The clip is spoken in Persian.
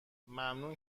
ممنون